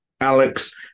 Alex